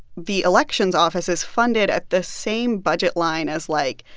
the elections office is funded at the same budget line as, like,